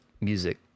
music